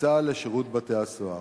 מצה"ל לשירות בתי-הסוהר.